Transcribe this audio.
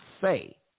say